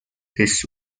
his